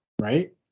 right